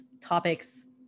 topics